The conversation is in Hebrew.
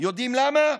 יודעים למה?